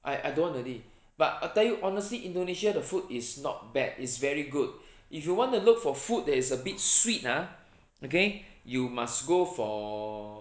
I I don't want already but I tell you honestly indonesia 的 food is not bad is very good if you want to look for food that is a bit sweet ah okay you must go for